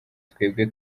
twebwe